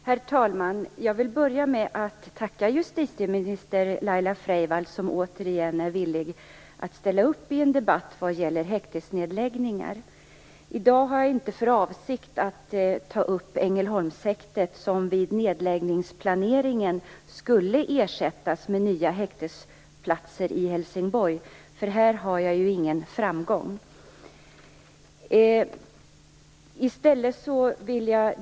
Herr talman! Jag vill börja med att tacka justitieminister Laila Freivalds, som återigen är villig att ställa upp i en debatt vad gäller häktesnedläggningar. I dag har jag inte för avsikt att ta upp fallet med Ängelholmshäktet, som vid nedläggningsplaneringen skulle ersättas med nya häktesplatser i Helsingborg, eftersom jag här inte har någon framgång.